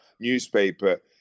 newspaper